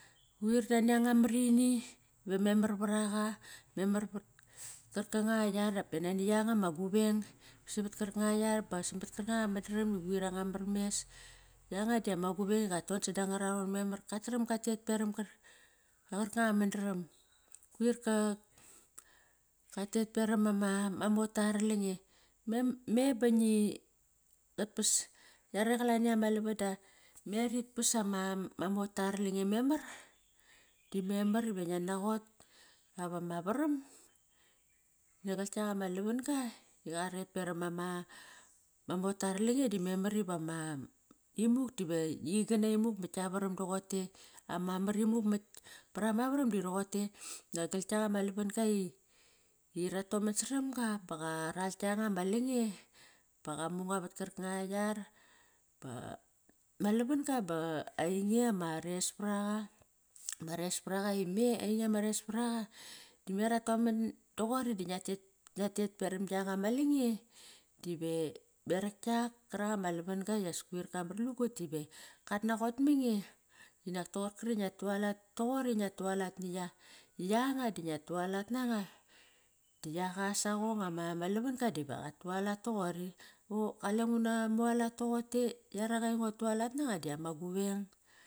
Quir nani anga mar ini ve memar var aqa. Memar vat kar kanga yar dap pa nani yanga ma guveng savat kar kanga yar ba samat karkanga mandram iquir anga mar mes. Yanga dama guveng iqaton sada ngar raron memar. Qatram katet peram qarkanga mandram, kuir ka katet peram ama mota ara lange. Me ba ngi yare qalani ama lavada. Ma ritpas ama mota ara lange memar di memar iva ngia naqot. Davama varam daqasnia yak ama lavan-ga di qaret peram ama mota ara lange di memar iva ma imuk dive qing gana imuk mat gia varam doqote, ama mar imuk mat, par ama varamdi roqote. Nagol kiak ama lavan-ga i ratoman saram ga ba qaral kianga ma lange ba qamunga vat karkanga yar ba ma lavan-ga ba ainge ma res paraqa. Ama resparaqa me ainge ma resparaqa dime ratoman doqori di ngia tet peram gianga ma lange dive berak kiak karak ama lavan-ga is koir ka matlugut dive kat naqot ma nge inak ton-gri ngia tualat toqori, ngia tualat na yanga da ngia tualat nanga di yak a saqong ama lavan ga diva qatualat toqori. Kale nguna mualat toqote, yarangi ngua tualat nanga diama guveng.